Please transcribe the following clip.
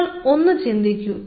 നിങ്ങൾ ഒന്നു ചിന്തിക്കൂ